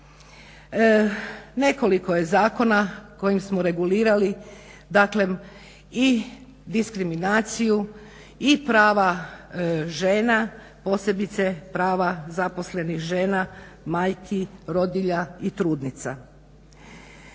Nekoliko je zakona kojim smo regulirali dakle i diskriminaciju i prava žena, posebice prava zaposlenih žena, majki, rodilja i trudnica.